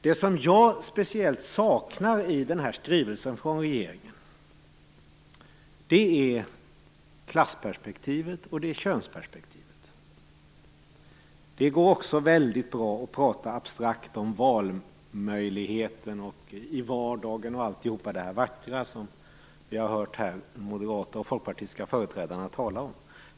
Det som jag speciellt saknar i den här skrivelsen från regeringen är klassperspektivet och könsperspektivet. Det går också väldigt bra att prata abstrakt om valmöjligheter i vardagen, vackra ord som vi hört från moderata och folkpartistiska företrädare.